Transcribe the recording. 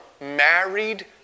married